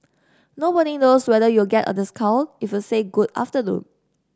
nobody knows whether you'll get a discount if you say good afternoon